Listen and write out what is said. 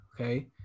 okay